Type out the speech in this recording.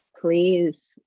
please